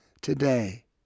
today